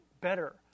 better